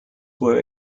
were